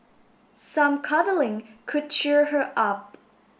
some cuddling could cheer her up